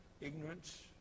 ignorance